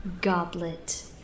goblet